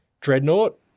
dreadnought